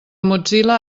mozilla